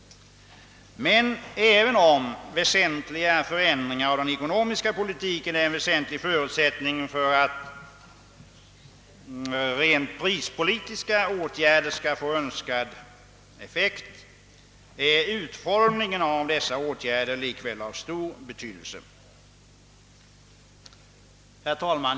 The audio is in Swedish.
Även om betydande förändringar av den ekonomiska politiken är en väsentlig förutsättning för att rent prispolitiska åtgärder skall få önskad effekt, är utformningen av dessa åtgärder likväl av stor betydelse. Herr talman!